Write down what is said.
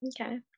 Okay